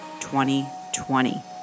2020